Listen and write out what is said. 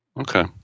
Okay